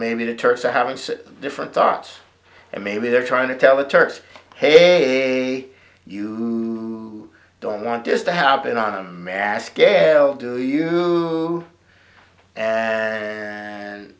maybe the turks are having different thoughts and maybe they're trying to tell the turks hey you don't want this to happen on a mass scale do you and